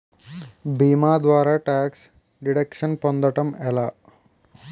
భీమా ద్వారా tax deduction పొందటం ఎలా?